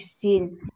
seen